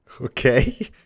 Okay